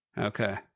Okay